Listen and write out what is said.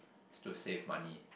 is to save money